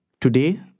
Today